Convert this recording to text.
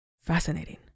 Fascinating